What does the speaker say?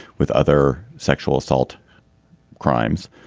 with other sexual assault crimes,